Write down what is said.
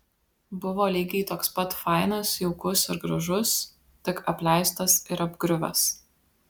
buvo lygiai toks pat fainas jaukus ir gražus tik apleistas ir apgriuvęs